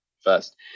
first